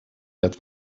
ряд